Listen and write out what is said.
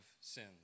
sins